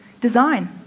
design